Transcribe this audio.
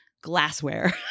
glassware